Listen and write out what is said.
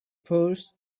purse